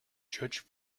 judge